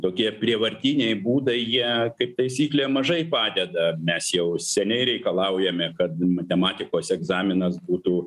tokie prievartiniai būdai jie kaip taisyklė mažai padeda mes jau seniai reikalaujame kad matematikos egzaminas būtų